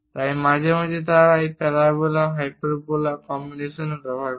তাই মাঝে মাঝে তারা এই প্যারাবোলা হাইপারবোলা কম্বিনেশনও ব্যবহার করে